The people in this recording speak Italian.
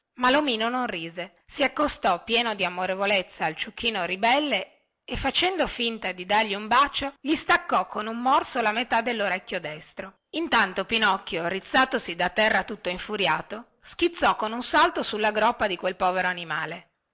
ma lomino non rise si accostò pieno di amorevolezza al ciuchino ribelle e facendo finta di dargli un bacio gli staccò con un morso la metà dellorecchio destro intanto pinocchio rizzatosi da terra tutto infuriato schizzò con un salto sulla groppa di quel povero animale